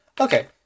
Okay